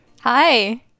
Hi